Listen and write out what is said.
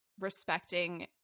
respecting